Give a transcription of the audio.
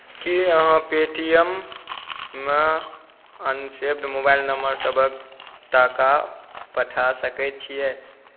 की अहाँ Paytm मे unsaved mobile number सभकेँ टाका पठा सकैत छियै